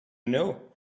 know